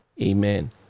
Amen